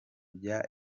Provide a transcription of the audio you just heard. bya